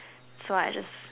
so I just